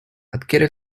adquiere